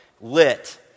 lit